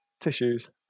tissues